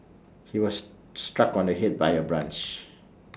he was struck on the Head by A branch